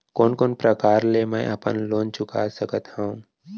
कोन कोन प्रकार ले मैं अपन लोन चुका सकत हँव?